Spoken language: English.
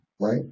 Right